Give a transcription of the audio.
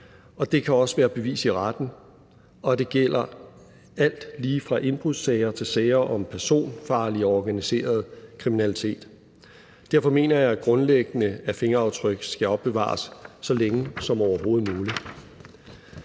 det kan også være bevis i retten, og det gælder alt lige fra indbrudssager til sager om personfarlig og organiseret kriminalitet. Derfor mener jeg grundlæggende, at fingeraftryk skal opbevares så længe som overhovedet muligt.